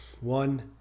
One